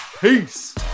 Peace